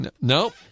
Nope